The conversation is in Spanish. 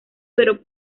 pero